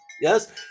Yes